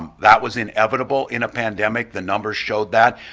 um that was inevitable in a pandemic, the numbers showed that,